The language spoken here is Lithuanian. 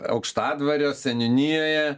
aukštadvario seniūnijoje